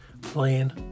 playing